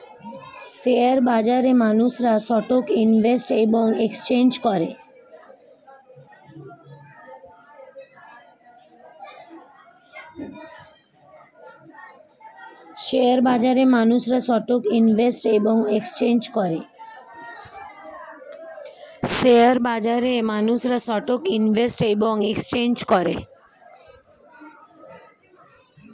share বাজারে মানুষেরা stock invest এবং এক্সচেঞ্জ করে